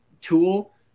tool